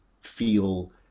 feel